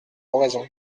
oraison